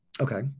Okay